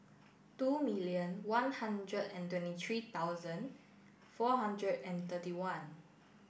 two million one hundred and twenty three thousand four hundred and thirty one